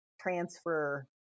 transfer